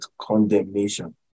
condemnation